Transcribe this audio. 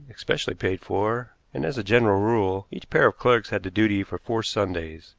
especially paid for, and, as a general rule, each pair of clerks had the duty for four sundays,